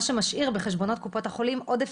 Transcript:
מה שמשאיר בחשבונות קופות החולים עודף